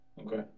Okay